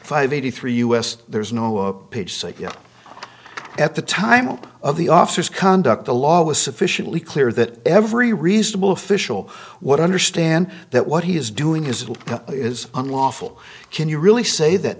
five eighty three us there's no up page so yeah at the time of the officers conduct the law was sufficiently clear that every reasonable official what i understand that what he is doing is it is unlawful can you really say that